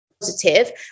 positive